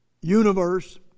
universe